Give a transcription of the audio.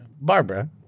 Barbara